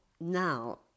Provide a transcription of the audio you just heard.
now